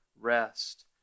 rest